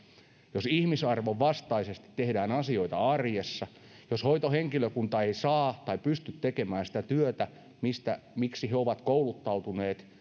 jos ihmisarvon vastaisesti tehdään asioita arjessa jos hoitohenkilökunta ei saa tehdä tai pysty tekemään sitä työtä johon he ovat kouluttautuneet